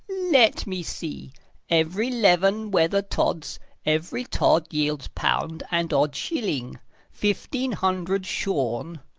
let me see every leven wether tods every tod yields pound and odd shilling fifteen hundred shorn,